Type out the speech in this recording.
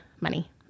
money